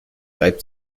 reibt